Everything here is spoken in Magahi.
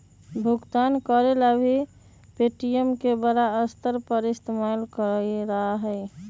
भुगतान करे ला भी पे.टी.एम के बड़ा स्तर पर इस्तेमाल करा हई